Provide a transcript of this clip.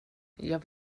jag